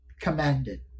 commanded